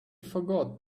forgot